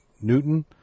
Newton